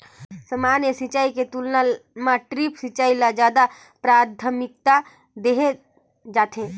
सामान्य सिंचाई के तुलना म ड्रिप सिंचाई ल ज्यादा प्राथमिकता देहे जाथे